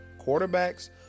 quarterbacks